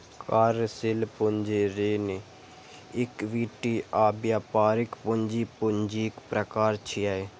कार्यशील पूंजी, ऋण, इक्विटी आ व्यापारिक पूंजी पूंजीक प्रकार छियै